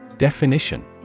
Definition